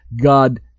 God